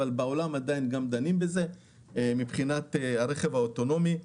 אבל בעולם עדיין דנים בזה בנוגע לרכב האוטונומי.